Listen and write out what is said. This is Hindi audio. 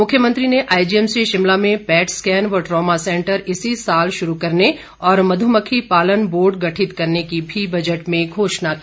मुख्यमंत्री ने आईजीएमसी शिमला में पैट स्कैन व ट्रामा सेंटर इसी साल शुरू करने और मधुमक्खी पालन बोर्ड गठित करने की भी बजट में घोषणा की